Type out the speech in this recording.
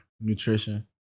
nutrition